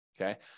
Okay